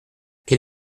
quel